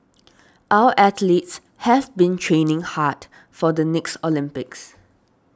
our athletes have been training hard for the next Olympics